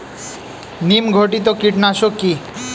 নিম ঘটিত কীটনাশক কি?